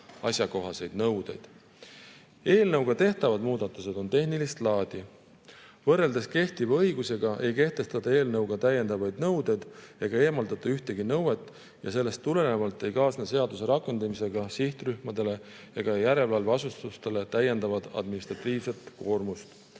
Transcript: Eelnõuga tehtavad muudatused on tehnilist laadi. Võrreldes kehtiva õigusega ei kehtestata eelnõuga täiendavaid nõudeid ega eemaldata ühtegi nõuet. Sellest tulenevalt ei kaasne seaduse rakendamisega sihtrühmadele ega järelevalveasutustele täiendavat administratiivset koormust.